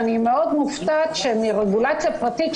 ואני מאוד מופתעת שמרגולציה פרטית,